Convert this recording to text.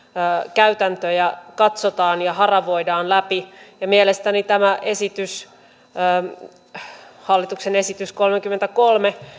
käytäntöjä katsotaan ja haravoidaan läpi mielestäni tämä hallituksen esitys kolmekymmentäkolme